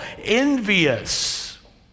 envious